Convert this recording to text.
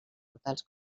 portals